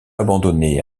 abandonné